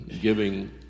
giving